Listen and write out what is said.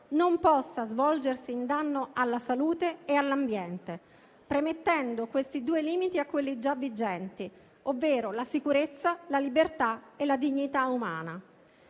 non possa svolgersi in danno alla salute e all'ambiente, premettendo questi due limiti a quelli già vigenti, ovvero la sicurezza, la libertà e la dignità umana.